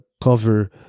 cover